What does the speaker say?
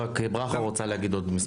היושב-ראש, רק ברכה רוצה להגיד עוד משפט.